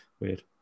weird